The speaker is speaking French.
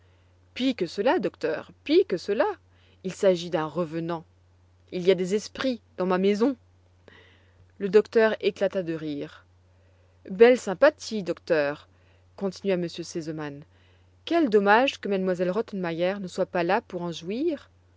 pis que cela docteur pis que cela il s'agit d'un revenant il y a des esprits dans ma maison le docteur éclata de rire belle sympathie docteur continua m r sesemann quel dommage que m elle rottenmeier ne soit pas là pour en jouir